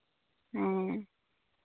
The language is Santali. ᱦᱮᱸ